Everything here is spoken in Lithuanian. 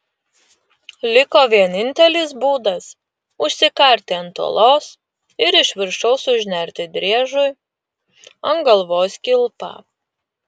liko vienintelis būdas užsikarti ant uolos ir iš viršaus užnerti driežui ant galvos kilpą